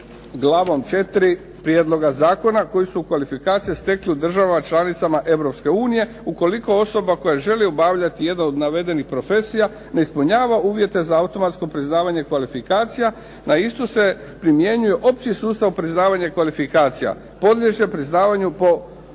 glavom 4. prijedloga zakona koji su kvalifikacije stekli u državama članicama Europske unije. Ukoliko osoba koja želi obavljati jednu od navedenih profesija ne ispunjava uvjete za automatsko priznavanje kvalifikacija na istu se primjenjuje opći sustav priznavanja kvalifikacija. Podliježe priznavanju po